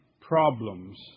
problems